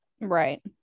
Right